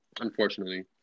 unfortunately